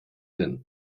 hin